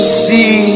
see